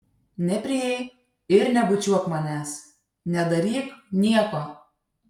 neprieik ir nebučiuok manęs nedaryk nieko